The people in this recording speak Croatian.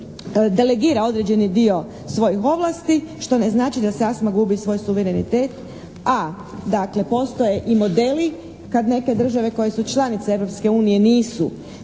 delegira određeni dio svojih ovlasti što je znači sa sasma gubi svoj suverenitet. A, dakle, postoje i modeli kad neke države koje su članice Europske